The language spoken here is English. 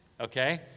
Okay